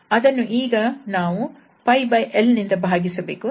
ಅದನ್ನು ನಾವು ಈಗ l ನಿಂದ ಭಾಗಿಸಬೇಕು